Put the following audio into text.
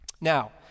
Now